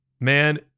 man